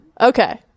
Okay